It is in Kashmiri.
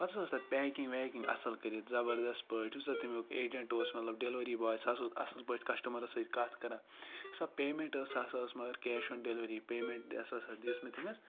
پَتہِ ہَسا ٲسۍ تَتھ پیکِنٛگ ویکِنٛگ اَصل کٔرِتھ زَبَردَس پٲٹھۍ یُس سہَ تمکھ ایجَنٛٹ اوس مَطلَب ڈیلوَری باے سُہ ہَسا اوس اَصل پٲٹھۍ کَسٹَمَرَس سۭتۍ کَتھ کَران یۄس سَہ پیمینٹ ٲسۍ سۄ ہَسا ٲسۍ مَگَر کیش آن ڈیلوَری پیمینٹ ہَسا دِژ مےٚ تٔمِس